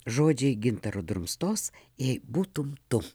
žodžiai gintaro drumstos jei būtum tu